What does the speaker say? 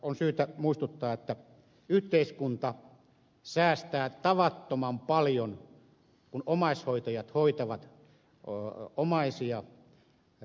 on syytä muistuttaa että yhteiskunta säästää tavattoman paljon kun omaishoitajat hoitavat oo omaisia ja